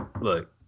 Look